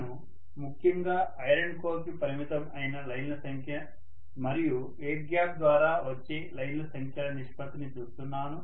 నేను ముఖ్యంగా iron core కి పరిమితం అయిన లైన్ల సంఖ్య మరియు ఎయిర్ గ్యాప్ ద్వారా వచ్చే లైన్ల సంఖ్యల నిష్పత్తిని చూస్తున్నాను